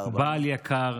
בעל יקר,